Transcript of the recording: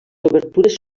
obertures